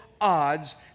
odds